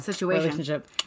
relationship